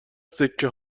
سکه